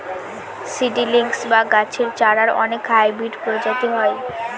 seedlings বা গাছের চারার অনেক হাইব্রিড প্রজাতি হয়